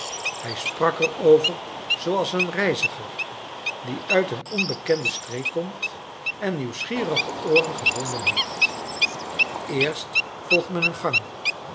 hij sprak er over zooals een reiziger die uit een onbekende streek komt en nieuwsgierige ooren gevonden heeft eerst volgt men een gang